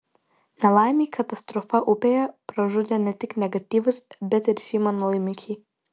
nelaimei katastrofa upėje pražudė ne tik negatyvus bet ir šį mano laimikį